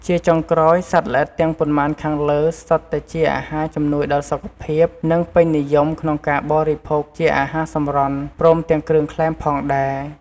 ជាចុងក្រោយ សត្វល្អិតទាំងប៉ុន្មានខាងលើសុទ្ធតែជាអាហារជំនួយដល់សុខភាព និងពេញនិយមក្នុងការបរិភោគជាអាហារសម្រន់ ព្រមទាំងគ្រឿងក្លែមផងដែរ។